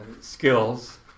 skills